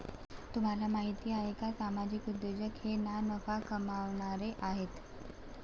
तुम्हाला माहिती आहे का सामाजिक उद्योजक हे ना नफा कमावणारे आहेत